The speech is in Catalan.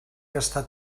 gastar